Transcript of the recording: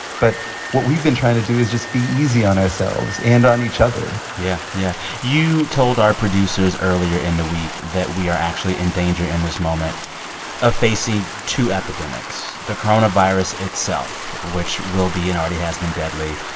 but what we've been trying to do is just be easy on ourselves and on each other yeah, yeah. you told our producers earlier in the week that we are actually in danger in this moment of facing two epidemics the coronavirus itself, which will be and already has been deadly,